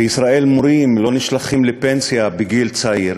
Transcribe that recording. בישראל מורים לא נשלחים לפנסיה בגיל צעיר.